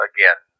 Again